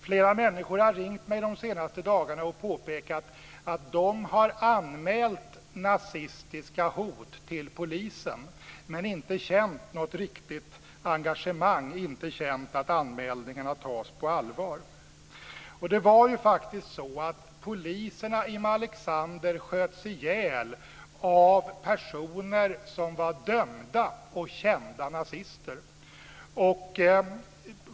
Flera människor har ringt mig de senaste dagarna och påpekat att de har anmält nazistiska hot till polisen, men inte känt något riktigt engagemang eller att anmälningarna tas på allvar. Det var ju faktiskt så att poliserna i Malexander sköts ihjäl av personer som var dömda och kända nazister.